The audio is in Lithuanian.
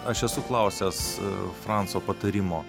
aš esu klausęs franco patarimo